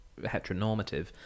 heteronormative